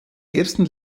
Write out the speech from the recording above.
ersten